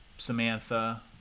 Samantha